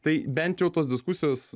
tai bent jau tos diskusijos